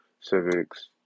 civics